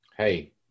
hey